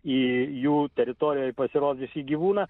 į jų teritorijoj pasirodžiusį gyvūną